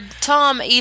Tom